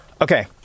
Okay